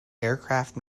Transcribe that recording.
aircraft